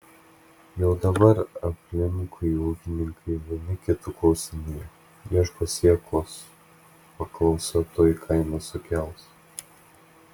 jau dabar aplinkui ūkininkai vieni kitų klausinėja ieško sėklos paklausa tuoj kainas sukels